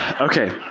Okay